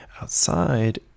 outside